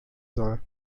soll